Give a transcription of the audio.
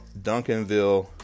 Duncanville